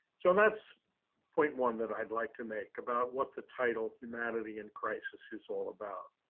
so, that's point one that i'd like to make about what the title humanity in crisis is all about.